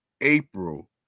April